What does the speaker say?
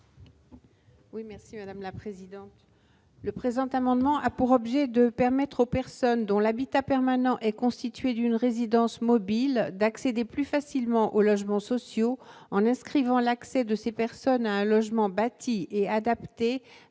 à Mme Jacky Deromedi. Le présent amendement a pour objet de permettre aux personnes dont l'habitat permanent est constitué d'une résidence mobile d'accéder plus facilement aux logements sociaux, en inscrivant l'accès de ces personnes à un logement bâti et adapté